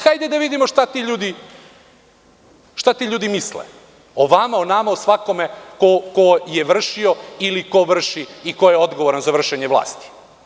Hajde da vidimo šta ti ljudi misle o vama, o nama, o svakome ko je vršio ili ko vrši, ko je odgovoran za vršenje vlasti.